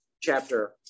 chapter